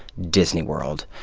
disney world.